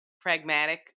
pragmatic